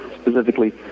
specifically